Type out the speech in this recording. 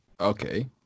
Okay